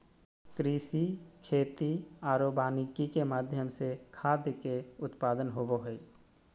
कृषि, खेती आरो वानिकी के माध्यम से खाद्य के उत्पादन होबो हइ